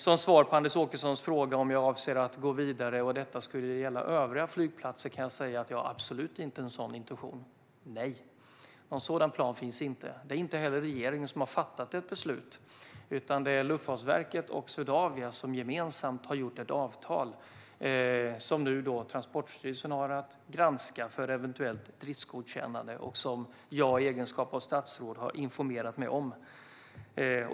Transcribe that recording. Som svar på Anders Åkessons fråga om jag avser att gå vidare med övriga flygplatser säger jag att jag absolut inte har någon sådan intention. Någon sådan plan finns inte. Det är inte heller regeringen som har fattat ett beslut, utan det är Luftfartsverket och Swedavia som gemensamt har slutit ett avtal, som Transportstyrelsen nu har att granska för ett eventuellt driftsgodkännande och som jag i egenskap av statsråd har informerat mig om.